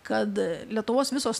kad lietuvos visos